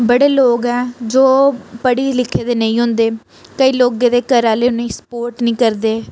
बड़े लोक ऐ जो पढ़ी लिखे दे नेईं होंदे केईं लोक दे घरै आह्लें उ'नेंगी सपोट नेईं करदे